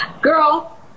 Girl